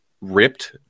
ripped